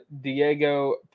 Diego